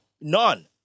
None